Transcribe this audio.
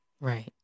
right